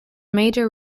major